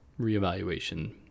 reevaluation